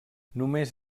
només